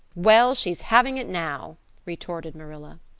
well, she's having it now retorted marilla.